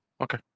Okay